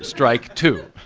strike two.